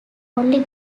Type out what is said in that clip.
only